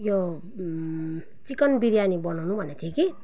यो चिकन बिरयानी बनाउनु भनेको थिएँ कि